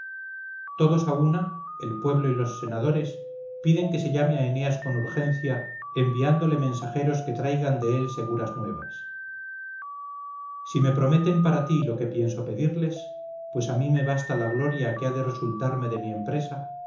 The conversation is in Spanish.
todos a una el pueblo y los senadores piden que se llame a eneas con urgencia enviándole mensajeros que traigan de él seguras nuevas si me prometen para ti lo que pienso pedirles pues a mí me basta la gloria que ha de resultarme de mi empresa